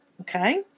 okay